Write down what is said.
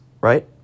right